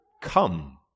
come